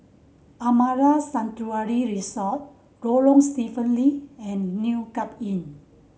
Amara Sanctuary Resort Lorong Stephen Lee and New Cape Inn